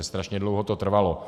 Strašně dlouho to trvalo.